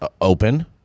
open